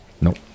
Nope